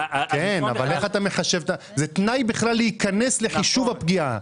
זה תנאי בכלל להיכנס לחישוב הפגיעה.